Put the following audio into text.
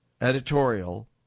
editorial